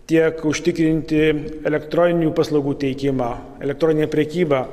tiek užtikrinti elektroninių paslaugų teikimą elektroninę prekybą